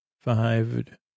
five